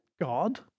God